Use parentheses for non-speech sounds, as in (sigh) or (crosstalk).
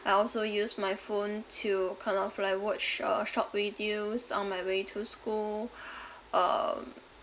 I also use my phone to kind of like watch uh short videos on my way to school (breath) um